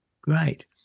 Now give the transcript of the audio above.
Great